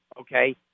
okay